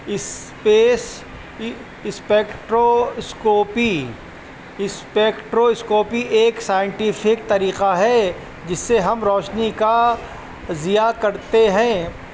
space spectroscopy spectroscopy ایک scientific طریقہ ہے جس سے ہم روشنی کا ضیا کرتے ہیں